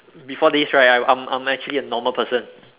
before this right I I'm I'm actually a normal person